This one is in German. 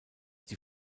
die